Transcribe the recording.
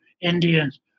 Indians